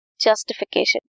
justification